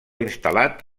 instal·lat